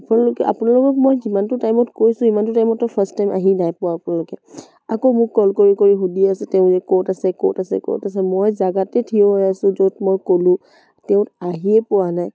আপোনালোকে আপোনালোকক মই যিমানটো টাইমত কৈছিলোঁ সিমানটো টাইমততো ফাৰ্ষ্ট টাইম আহি নাই পোৱা আপোনালোকে আকৌ মোক কল কৰি কৰি সুধি আছে তেওঁ ক'ত আছে ক'ত আছে ক'ত আছে মই জেগাতে থিয় হৈ আছোঁ য'ত মই ক'লোঁ তেওঁ আহিয়ে পোৱা নাই